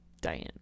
Diane